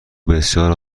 بسیار